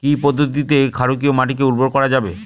কি পদ্ধতিতে ক্ষারকীয় মাটিকে উর্বর করা যাবে?